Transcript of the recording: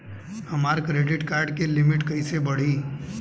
हमार credit card के limit कइसे बढ़ी?